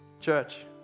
Church